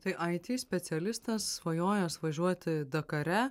tai aitį specialistas svajojęs važiuoti dakare